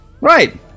Right